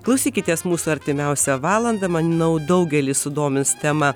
klausykitės mūsų artimiausią valandą manau daugelį sudomins tema